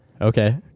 Okay